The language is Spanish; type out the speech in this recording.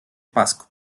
pasco